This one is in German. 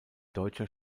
deutscher